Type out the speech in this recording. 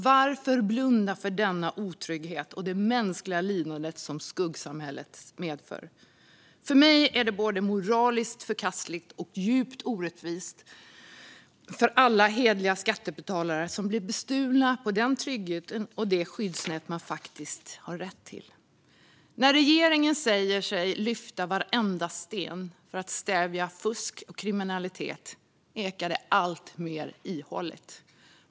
Varför blunda för denna otrygghet och det mänskliga lidande som skuggsamhället medför? För mig är det både moraliskt förkastligt och djupt orättvist för alla hederliga skattebetalare som blir bestulna på den trygghet och de skyddsnät de har rätt till. När regeringen säger sig lyfta på varenda sten för att stävja fusk och kriminalitet ekar det alltmer ihåligt.